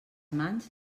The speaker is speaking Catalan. mans